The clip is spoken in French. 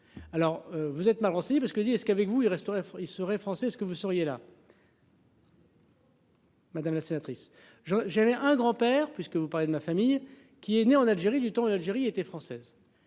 Alors vous êtes marrant si parce que dit est-ce qu'avec vous, il resterait il serait français, est-ce que vous seriez là. Madame la sénatrice, je j'avais un grand-père puisque vous parlez de ma famille qui est né en Algérie du temps l'Algérie était française.